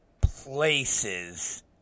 places